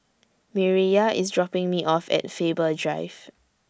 Mireya IS dropping Me off At Faber Drive